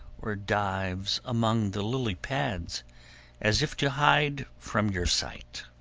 or dives among the lilypads, as if to hide from your sight.